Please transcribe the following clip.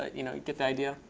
you know, you get the idea,